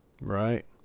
Right